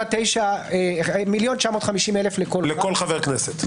מיליון ו-950,000 לכל חברי כנסת.